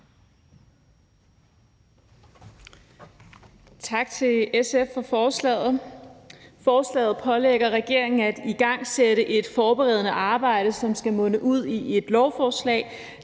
Tak til SF for forslaget, som pålægger regeringen at igangsætte et forberedende arbejde, der skal munde ud i et lovforslag,